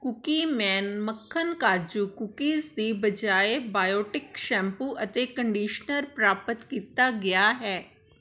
Cookieman ਮੱਖਣ ਕਾਜੂ cookies ਦੀ ਬਜਾਏ ਬਾਇਓਟਿਕ ਸ਼ੈਂਪੂ ਅਤੇ ਕੰਡੀਸ਼ਨਰ ਪ੍ਰਾਪਤ ਕੀਤਾ ਗਿਆ ਹੈ